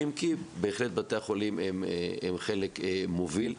אם כי בתי החולים הם חלק מוביל,